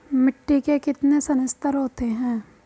मिट्टी के कितने संस्तर होते हैं?